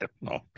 No